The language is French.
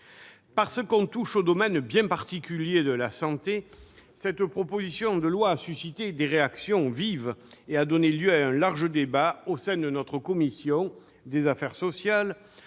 Parce que l'on touche au domaine bien particulier de la santé, cette proposition de loi a suscité des réactions vives et a donné lieu à un large débat au sein de notre commission des affaires sociales,